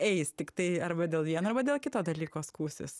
eis tiktai arba dėl vieno arba dėl kito dalyko skųsis